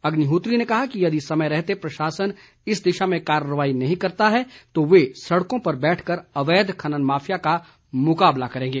अग्निहोत्री ने कहा कि यदि समय रहते प्रशासन इस दिशा में कार्रवाई नहीं करता है तो वे सड़कों पर बैठकर अवैध खनन माफिया का मुकाबला करेंगे